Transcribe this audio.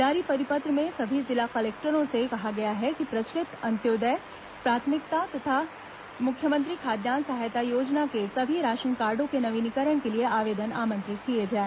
जारी परिपत्र में सभी जिला कलेक्टरों से कहा गया है कि प्रचलित अंत्यादेय प्राथमिकता तथा मुख्यमंत्री खाद्यान्न सहायता योजना के सभी राशन कार्डो के नवीनीकरण के लिए आवेदन आमंत्रित किए जाए